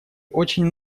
очень